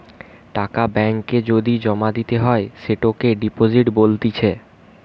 টাকা ব্যাঙ্ক এ যদি জমা দিতে হয় সেটোকে ডিপোজিট বলতিছে